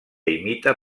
imita